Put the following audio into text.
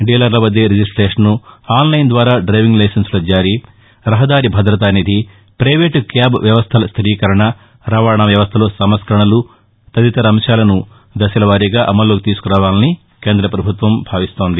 డీలర్ల వద్దే registration online ద్వారా driving లైసెన్సుల జారీ రహదారి భద్రతా నిధి ప్రెవేటు క్యాబ్ వ్యవస్థల స్లిరీకరణ రవాణా వ్యవస్థలో సంస్కరణలు తదితర అంశాలను దశలవారీగా అమలులోకి తీసుకురావాలని కేంద్రపభుత్వం భావిస్తోంది